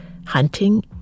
hunting